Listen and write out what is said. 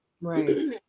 Right